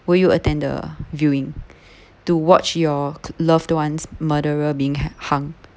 will you attend the viewing to watch your loved ones' murderer being hung